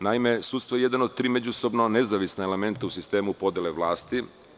Naime, sudstvo je jedan od tri međusobno nezavisna elementa u sistemu podele vlasti.